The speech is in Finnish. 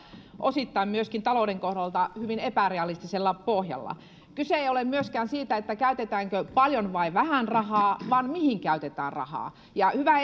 osittain myöskin talouden kohdalta hyvin epärealistisella pohjalla kyse ei ole myöskään siitä käytetäänkö paljon vai vähän rahaa vaan siitä mihin käytetään rahaa ja hyvä